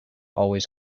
always